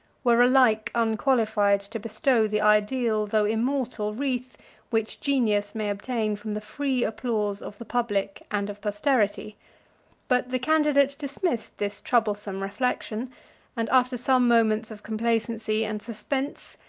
were alike unqualified to bestow the ideal though immortal wreath which genius may obtain from the free applause of the public and of posterity but the candidate dismissed this troublesome reflection and after some moments of complacency and suspense,